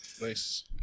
Nice